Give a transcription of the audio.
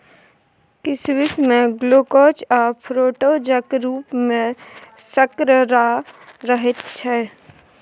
किसमिश मे ग्लुकोज आ फ्रुक्टोजक रुप मे सर्करा रहैत छै